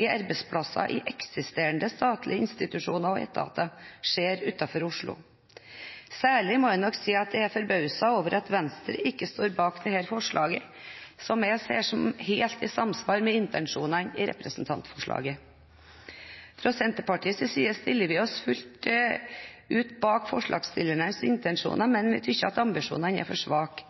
i arbeidsplasser i eksisterende statlige institusjoner og etater skjer utenfor Oslo». Særlig må jeg nok si at jeg er forbauset over at Venstre ikke stiller seg bak dette forslaget, som jeg ser på som helt i samsvar med intensjonene i representantforslaget. Fra Senterpartiets side stiller vi oss fullt ut bak forslagsstillernes intensjoner, men vi synes at ambisjonene er for svake.